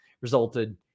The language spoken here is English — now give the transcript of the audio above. resulted